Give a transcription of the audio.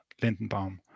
Lindenbaum